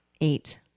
eight